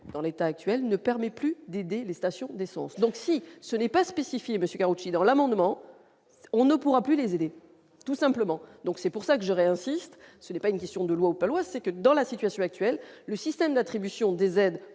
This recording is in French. dans l'état actuel ne permet plus d'aider les stations d'essence. Donc, si ce n'est pas spécifié monsieur Occident l'amendement, on ne pourra plus les aider tout simplement, donc c'est pour ça que j'aurais insiste : ce n'est pas une question de loi ou pas loi, c'est que dans la situation actuelle, le système d'attribution des aides